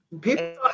people